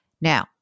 Now